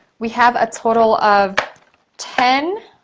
we have a total of ten,